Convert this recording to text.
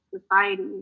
society